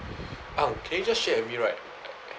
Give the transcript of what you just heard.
ang can you just share with me right